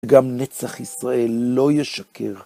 גם נצח ישראל לא ישקר.